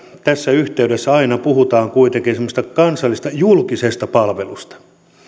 tässä yhteydessä muistaa että aina puhutaan kuitenkin semmoisesta kansallisesta julkisesta palvelusta